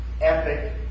epic